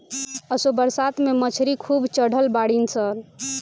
असो बरसात में मछरी खूब चढ़ल बाड़ी सन